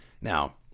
Now